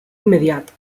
immediat